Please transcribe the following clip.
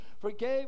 forgave